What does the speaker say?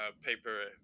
Paper